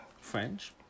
French